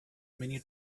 many